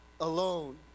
alone